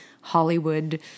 Hollywood